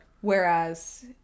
Whereas